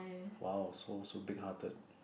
!wow! so so big hearted